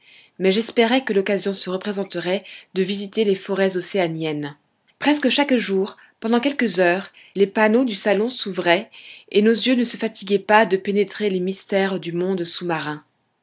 mais j'espérais que l'occasion se représenterait de visiter les forêts océaniennes presque chaque jour pendant quelques heures les panneaux du salon s'ouvraient et nos yeux ne se fatiguaient pas de pénétrer les mystères du monde sous-marin